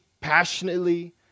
passionately